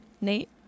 Nate